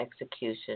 execution